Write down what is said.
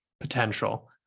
potential